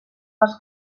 les